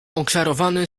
oczarowany